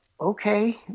okay